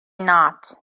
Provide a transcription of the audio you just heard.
not